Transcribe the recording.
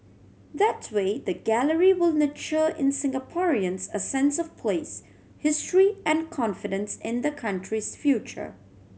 that way the gallery will nurture in Singaporeans a sense of place history and confidence in the country's future